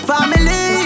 Family